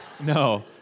No